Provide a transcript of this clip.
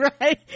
right